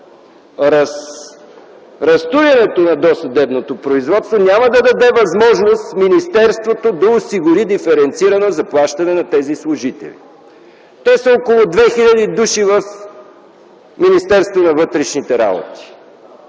Разтурването на досъдебното производство няма да даде възможност Министерството да осигури диференцирано заплащане на тези служители. Те са около 2000 души в Министерството на вътрешните работи.